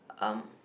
um